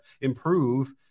improve